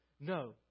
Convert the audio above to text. No